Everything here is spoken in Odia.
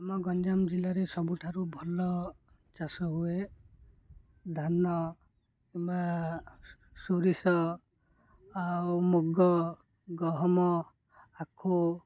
ଆମ ଗଞ୍ଜାମ ଜିଲ୍ଲାରେ ସବୁଠାରୁ ଭଲ ଚାଷ ହୁଏ ଧାନ କିମ୍ବା ସୋରିଷ ଆଉ ମୁଗ ଗହମ ଆଖୁ